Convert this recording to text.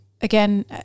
again